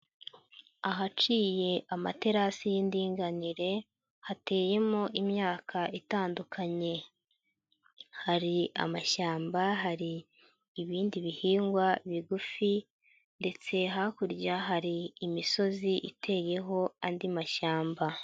Ahaciye amaterasi y'indinganire hateyemo imyaka itandukanye, hari amashyamba hari ibindi bihingwa bigufi ,ndetse hakurya hari imisozi iteyeho andi mashyamba.